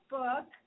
book